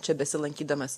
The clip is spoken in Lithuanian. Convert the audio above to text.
čia besilankydamas